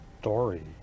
story